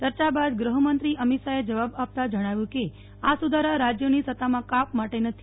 ચર્ચા બાદ ગુહમંત્રીશ્રી અમીત શાહે જવાબ આપતાં જણાવ્યું કે આ સુધારા રાજયોની સત્તામાં કાપ માટે નથી